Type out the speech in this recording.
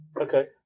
Okay